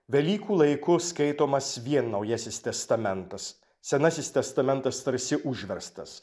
velykų laiku skaitomas vien naujasis testamentas senasis testamentas tarsi užverstas